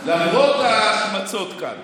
למרות ההשמצות כאן